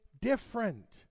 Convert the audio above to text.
different